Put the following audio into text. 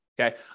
Okay